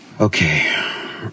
Okay